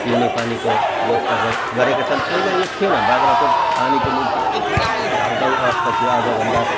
पिउने पानीको व्यवस्था गर गरेका छन् पहिला यो थिएन बाग्राकोट पानीको निम्ति एकदमै धाउ धाउ अवस्था थियो आज भन्दा